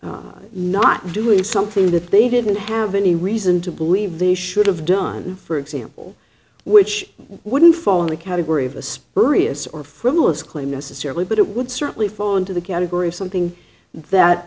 for not doing something that they didn't have any reason to believe they should have done for example which wouldn't fall in the category of a spurious or frivolous claim necessarily but it would certainly fall into the category of something that